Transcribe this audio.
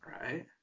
Right